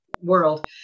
world